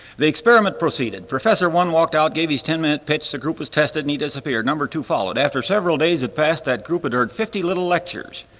the experiment proceeded. professor one walked out, gave his ten-minute pitch, the group was tested and he disappeared, number two followed. after several days had passed that group had heard fifty little lectures,